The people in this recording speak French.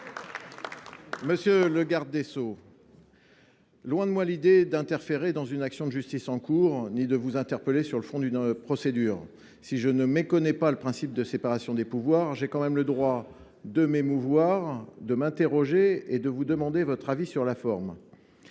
Monsieur le garde des sceaux, loin de moi l’idée d’interférer dans une action de justice en cours ou de vous interpeller sur le fond d’une procédure : je ne méconnais évidemment pas le principe de séparation des pouvoirs. Mais j’ai quand même le droit de m’émouvoir, de m’interroger et de vous demander votre avis sur la forme.